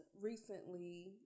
recently